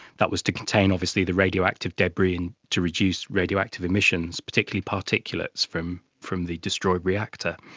that was to contain obviously the radioactive debris and to reduce radioactive emissions, particularly particulates from from the destroyed reactor.